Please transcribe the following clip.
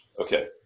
Okay